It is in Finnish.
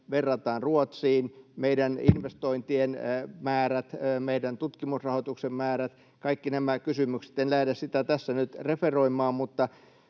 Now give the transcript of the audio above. verrataan Ruotsiin, meidän investointien määrät, meidän tutkimusrahoituksen määrät ja kaikki nämä kysymykset. En lähde sitä tässä nyt referoimaan, mutta